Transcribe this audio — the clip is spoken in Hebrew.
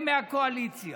מהקואליציה.